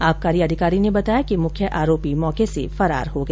आबकारी अधिकारी ने बताया कि मुख्य आरोपी मौके से फरार हो गया